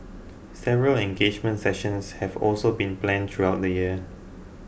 several engagement sessions have also been planned throughout the year